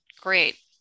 great